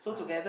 ah